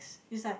is like